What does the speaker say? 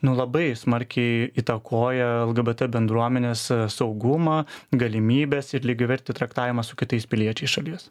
nu labai smarkiai įtakoja lgbt bendruomenės saugumą galimybes ir lygiavertį traktavimą su kitais piliečiais šalies